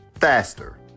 faster